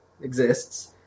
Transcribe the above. exists